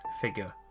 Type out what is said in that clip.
figure